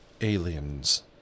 aliens